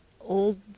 old